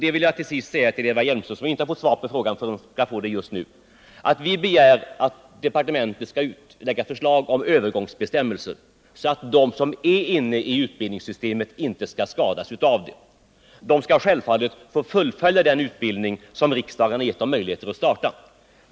Jag vill då till sist svara Eva Hjelmström, som inte tidigare har fått svar på sin fråga, att vi begär att departementet skall lägga fram förslag till övergångsbestämmelser, så att de som är inne i utbildningssystemet inte skall skadas av de nya bestämmelserna. De skall självfallet få fullfölja den utbildning som riksdagen har gett dem möjligheter att starta.